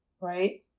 right